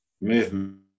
movement